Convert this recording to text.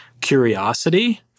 Curiosity